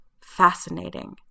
fascinating